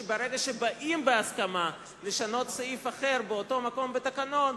שברגע שבאים בהסכמה לשנות סעיף אחר באותו מקום בתקנון,